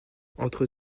entre